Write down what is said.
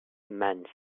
man